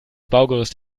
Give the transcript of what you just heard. baugerüst